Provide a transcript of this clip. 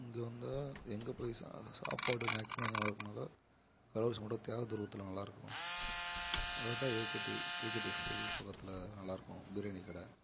இங்கே வந்தால் எங்கே போய் ச சாப்பாடு மேக்சிமம் நல்லா இருக்குனாக்கால் கள்ளக்குறிச்சி மாவட்டம் தேள துருவத்தில் நல்லா இருக்கும் அதை விட்டால் ஏக்கட்டி ஏக்கட்டி ஸ்கூல் பக்கத்தில் நல்லா இருக்கும் பிரியாணி கடை